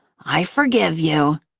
i forgive you.